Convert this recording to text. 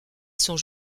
sont